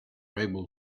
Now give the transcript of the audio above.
able